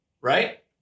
right